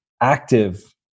active